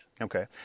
Okay